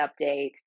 update